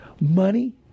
money